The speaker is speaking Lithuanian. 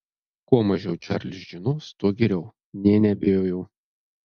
kuo mažiau čarlis žinos tuo geriau nė neabejojau